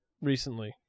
recently